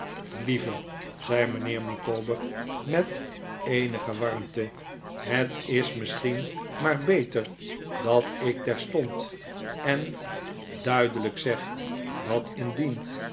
lieve zei mijnheer micawber met eenige warmte het is misschien maar beter dat ik terstond en duidelijk zeg dat indien